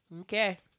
Okay